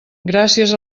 gràcies